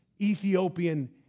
Ethiopian